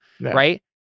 Right